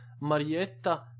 Marietta